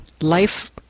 Life